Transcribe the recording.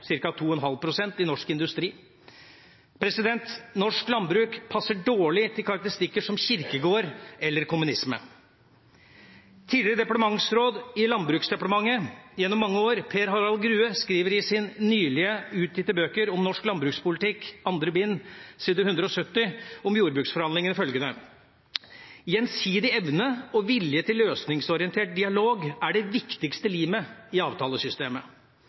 ca. 2,5 pst. i norsk industri. Norsk landbruk passer dårlig til karakteristikker som kirkegård eller kommunisme. Tidligere departementsråd i Landbruksdepartementet gjennom mange år, Per Harald Grue, skriver i sine nylig utgitte bøker om norsk landbrukspolitikk – andre bind, side 170 – følgende om jordbruksforhandlingene: «Gjensidig tillit og evne og vilje til løsningsorientert dialog er det viktigste limet i avtalesystemet.»